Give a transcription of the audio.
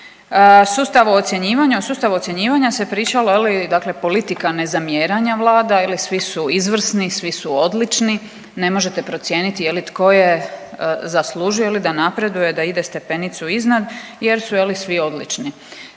o sustavu ocjenjivanja se pričalo je li dakle politika nezamjeranja vlada, je li svi su izvrsni, svi su odlični ne možete procijeniti je li tko je zaslužio ili da napreduje da ide stepenicu iznad jel su je li svi odlični.